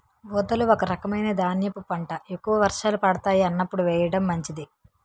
ఊదలు ఒక రకమైన ధాన్యపు పంట, ఎక్కువ వర్షాలు పడతాయి అన్నప్పుడు వేయడం మంచిది